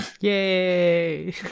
Yay